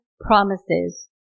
promises